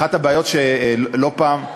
אחת הבעיות, שלא פעם,